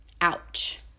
Ouch